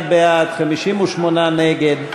61 בעד, 58 נגד.